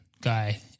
guy